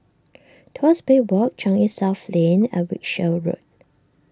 Tuas Bay Walk Changi South Lane and Wiltshire Road